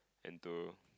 and to